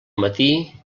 matí